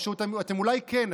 או שאתם אולי כן,